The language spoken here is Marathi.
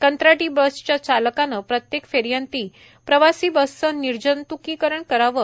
कंत्राटी बसच्या चालकानं प्रत्येक फेरीअंती प्रवासी बसचं निर्जंत्कीकरण करावं